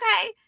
okay